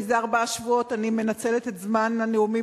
זה ארבעה שבועות אני מנצלת את זמן הנאומים